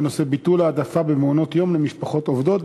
בנושא: ביטול העדפה במעונות-יום למשפחות עובדות.